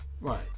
Right